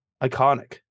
Iconic